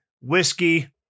whiskey